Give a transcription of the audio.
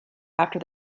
after